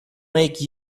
make